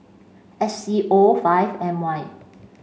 S C O five M Y